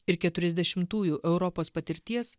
ir keturiasdešimtųjų europos patirties